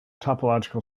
topological